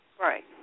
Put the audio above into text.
Right